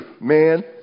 man